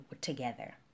together